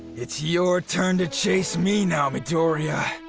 it's your turn to chase me now midoriya.